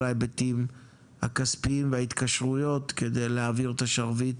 ההיבטים הכספיים וההתקשרויות כדי להעביר את השרביט.